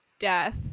death